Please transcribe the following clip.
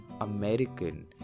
American